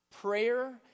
Prayer